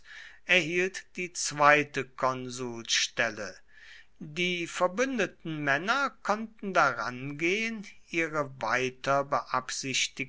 erhielt die zweite konsulstelle die verbündeten männer konnten daran gehen ihre